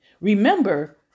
Remember